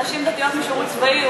של נשים דתיות משירות צבאי,